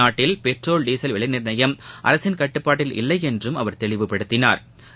நாட்டில் petrol diesel விலை நா்ணயம் அரசின் கட்டுப்பாட்டில் இல்லை என்றும் அவர் தெளிவுபடுத்தினாா்